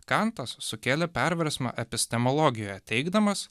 kantas sukėlė perversmą epistemologijoje teigdamas